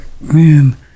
man